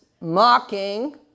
mocking